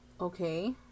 okay